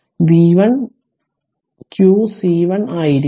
അതിനാൽ v1 q C1 ആയിരിക്കും